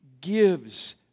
gives